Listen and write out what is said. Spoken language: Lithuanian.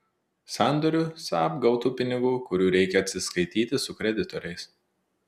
sandoriu saab gautų pinigų kurių reikia atsiskaityti su kreditoriais